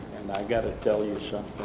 and i got to tell you so